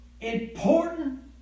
important